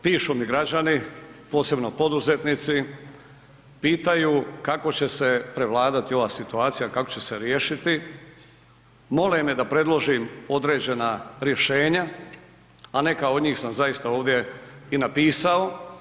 Pišu mi građani, posebno poduzetnici, pitaju kako će se prevladati ova situacija, kako će se riješiti, mole me da predložim određena rješenja, a neka od njih sam zaista ovdje i napisao.